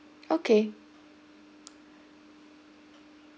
okay